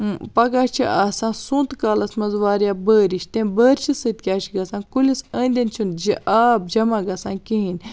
پَگاہ چھ آسان سونٛتہٕ کالَس مَنٛز واریاہ بٲرِش تمہِ بٲرشہٕ سۭتۍ کیاہ چھُ گَژھان کُلِس أنٛدۍ أنٛدۍ چھُنہٕ جِ آب جَمع گَژھان کِہیٖنۍ